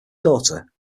daughter